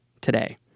today